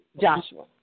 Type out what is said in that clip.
Joshua